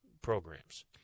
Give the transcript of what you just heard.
programs